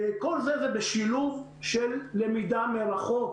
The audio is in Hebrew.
כל זה בשילוב של למידה מרחוק.